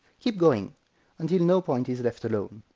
keep going until no point is left alone.